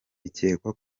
bikekwa